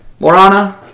Morana